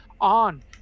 on